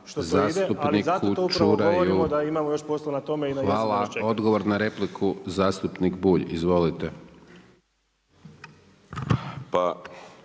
Siniša (SDP)** Hvala. Odgovor na repliku zastupnik Bulj. Izvolite.